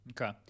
Okay